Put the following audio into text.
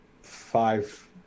five